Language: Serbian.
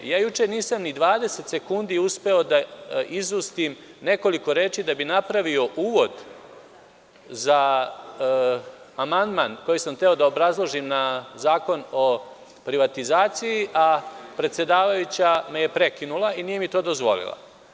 Ja juče nisam ni 20 sekundi da izustim nekoliko reči da bih napravio uvod za amandman koji sam hteo da obrazložim na Zakon o privatizaciji, a predsedavajuća me je prekinula i nije mi to dozvolila.